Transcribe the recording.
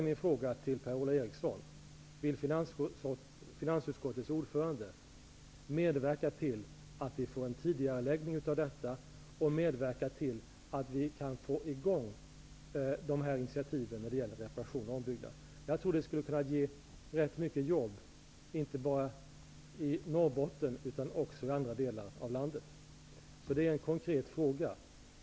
Min fråga till Per-Ola Eriksson är: Vill finansutskottets ordförande medverka till att vi får en tidigareläggning av detta och till att vi kan få i gång de initierade åtgärderna när det gäller reparation och ombyggnad? Jag tror att detta skulle kunna ge rätt mycket jobb, inte bara i Norrbotten utan också i andra delar av landet. Det är en konkret fråga.